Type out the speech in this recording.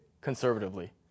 conservatively